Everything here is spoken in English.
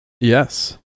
Yes